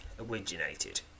originated